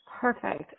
Perfect